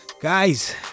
guys